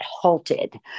halted